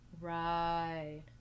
Right